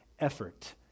effort